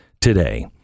today